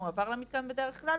הוא מועבר למתקן בדרך כלל,